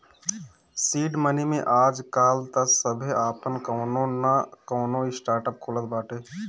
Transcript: seed money में आजकाल तअ सभे आपन कवनो नअ कवनो स्टार्टअप खोलत बाटे